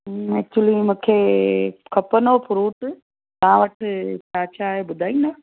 actually मूंखे खपंदो हुओ फ्रूट तव्हां वटि छा छा आहे ॿुधाईंदा